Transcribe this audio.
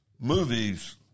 Movies